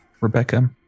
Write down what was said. Rebecca